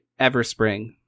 Everspring